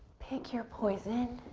pick your poison.